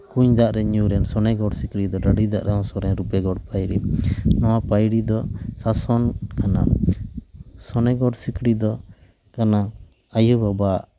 ᱠᱩᱸᱧ ᱫᱟᱜ ᱨᱮ ᱧᱩᱨ ᱮᱱ ᱥᱚᱱᱮᱜᱚᱲ ᱥᱤᱠᱲᱤ ᱫ ᱰᱟᱹᱰᱤ ᱫᱟᱜ ᱨᱮ ᱦᱚᱥᱚᱨ ᱮᱱ ᱨᱩᱯᱮᱜᱚᱲ ᱯᱟᱸᱭᱲᱤ ᱱᱚᱣᱟ ᱯᱟᱸᱭᱲᱤ ᱫᱚ ᱥᱟᱥᱚᱱ ᱠᱟᱱᱟ ᱥᱚᱱᱮᱜᱚᱲ ᱥᱤᱠᱲᱤ ᱫᱚ ᱠᱟᱱᱟ ᱟᱹᱭᱩᱼᱵᱟᱵᱟᱣᱟᱜ